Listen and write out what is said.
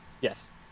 Yes